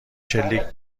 شلیک